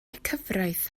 cyfraith